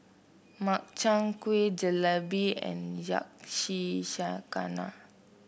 Makchang Gui Jalebi and Yakizakana